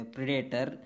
Predator